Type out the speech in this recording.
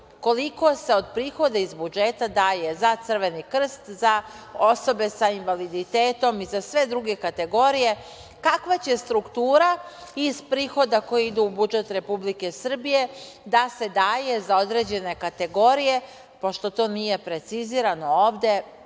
koliko se od prihoda iz budžeta daje za Crveni Krst, za osobe sa invaliditetom i za sve druge kategorije, kakva će struktura iz prihoda koji idu u budžet Republike Srbije da se daje za određene kategorije, pošto to nije precizirano ovde